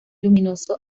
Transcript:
luminoso